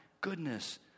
goodness